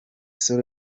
sol